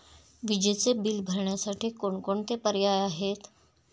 विजेचे बिल भरण्यासाठी कोणकोणते पर्याय आहेत?